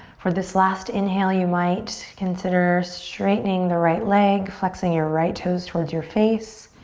for this last inhale, you might consider straightening the right leg, flexing your right toes towards your face.